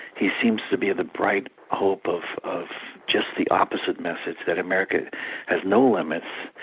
he seems to be the bright hope of of just the opposite message, that america has no limits,